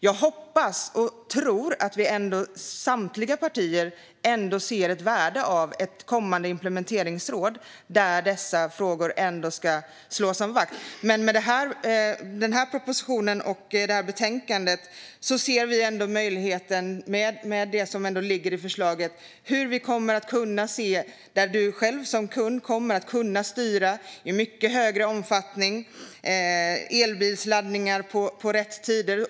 Jag hoppas och tror att vi samtliga partier ändå ser ett värde av ett kommande implementeringsråd som ska slå vakt om dessa frågor. Med denna proposition och detta betänkande ser vi ändå möjligheten med det som ligger i förslaget. Man kommer själv som kund att kunna styra i mycket större omfattning med elbilsladdningar på rätt tider.